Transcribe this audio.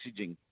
messaging